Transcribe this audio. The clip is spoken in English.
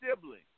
sibling